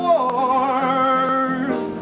Wars